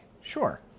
sure